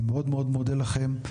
אני מאוד מאוד מודה לכם.